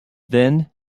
then